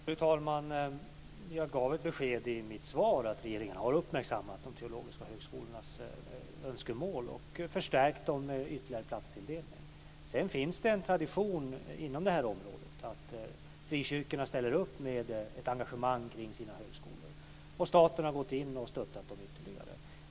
Fru talman! Jag gav ett besked i mitt svar, nämligen att regeringen har uppmärksammat de teologiska högskolornas önskemål och förstärkt dem med ytterligare platstilldelning. Det finns en tradition inom det här området, nämligen att frikyrkorna ställer upp med ett engagemang kring sina högskolor och staten har gått in och stöttat dem ytterligare.